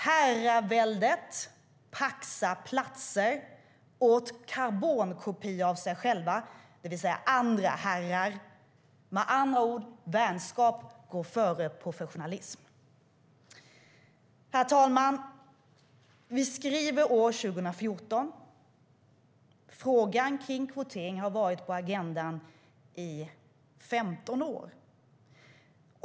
Herraväldet paxar platser åt karbonkopior av sig själva, det vill säga andra herrar. Med andra ord går vänskap före professionalism. Herr talman! Vi skriver år 2014. Frågan om kvotering har varit på agendan i 15 år.